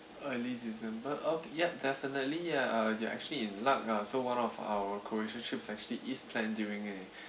early december oh ya definitely ya uh you're actually in luck ah so one of our croatia trips actually is planned during a